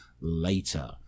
later